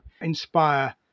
inspire